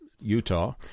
Utah